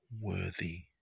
worthy